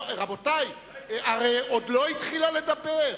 רבותי, הרי היא עוד לא התחילה לדבר.